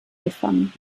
gefangen